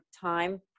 time